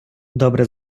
добре